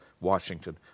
Washington